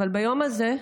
אבל ביום הזה,